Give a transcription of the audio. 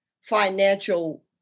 financial